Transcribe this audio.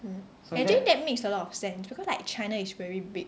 mm actually that makes a lot of sense because like China is very big